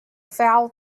foul